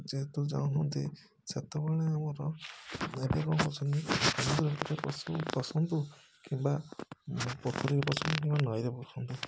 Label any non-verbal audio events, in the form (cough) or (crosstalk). ଯେହେତୁ ଯାଉଛନ୍ତି ସେତେବେଳେ ଆମର ଏବେ କ'ଣ କରୁଛନ୍ତି (unintelligible) ପଶନ୍ତୁ କିମ୍ବା ପୋଖରୀରେ ପଶନ୍ତୁ କିମ୍ବା ନଈରେ ପଶନ୍ତୁ